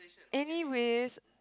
anyways